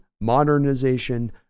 modernization